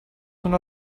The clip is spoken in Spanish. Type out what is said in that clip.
una